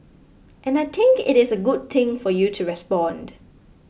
and I think it is a good thing for you to respond